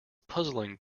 puzzling